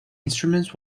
instruments